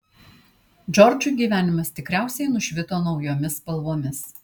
džordžui gyvenimas tikriausiai nušvito naujomis spalvomis